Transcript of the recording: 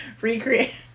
recreate